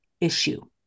issue